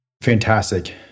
fantastic